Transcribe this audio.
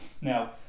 Now